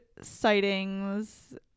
sightings